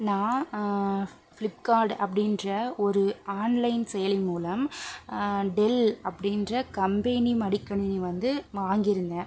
நான் ஃபிளிப்கார்ட் அப்படின்ற ஒரு ஆன்லைன் செயலி மூலம் டெல் அப்படின்ற கம்பெனி மடிக்கணினி வந்து வாங்கி இருந்தேன்